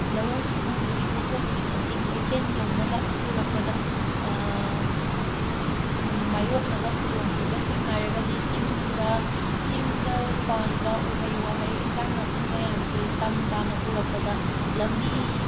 ꯂꯧꯎ ꯁꯤꯡꯎꯕꯒꯤ ꯄꯣꯊꯣꯛꯁꯤꯡ ꯑꯁꯤ ꯀꯩꯊꯦꯟ ꯌꯧꯅꯕ ꯄꯨꯔꯛꯄꯗ ꯃꯥꯌꯣꯛꯅꯕ ꯈꯨꯗꯣꯡꯊꯤꯕꯁꯤꯡ ꯍꯥꯏꯔꯒꯗꯤ ꯆꯤꯡꯗ ꯆꯤꯡꯗ ꯄꯥꯟꯕ ꯎꯍꯩ ꯋꯥꯍꯩ ꯏꯟꯖꯥꯡ ꯅꯥꯄꯤ ꯃꯌꯥꯝꯁꯦ ꯇꯝ ꯇꯥꯅ ꯄꯨꯔꯛꯄꯗ ꯂꯝꯕꯤ